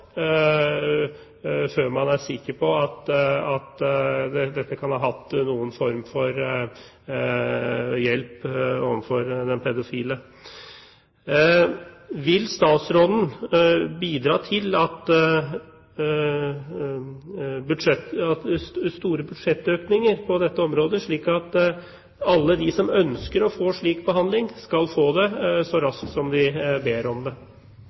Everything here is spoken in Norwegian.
før man er sikker på at dette kan ha vært til noen form for hjelp for den pedofile. Vil statsråden bidra til store budsjettøkninger på dette området, slik at alle de som ønsker å få slik behandling, skal få det så raskt som de ber om det?